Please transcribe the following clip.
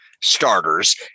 starters